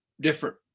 different